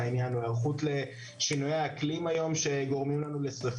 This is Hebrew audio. השעה היא 10:08. היום אנחנו נקיים דיון ראשון